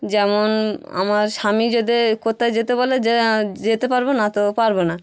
যেমন আমার স্বামী যদি কোথাও যেতে বলে যেতে পারব না তো পারব না